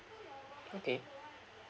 okay